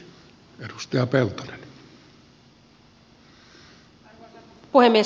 arvoisa puhemies